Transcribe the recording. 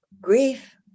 grief